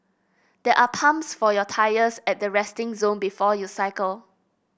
there are pumps for your tyres at the resting zone before you cycle